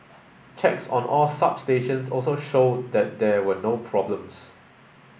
checks on all substations also showed that there were no problems